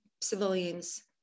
civilians